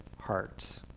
heart